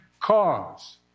cause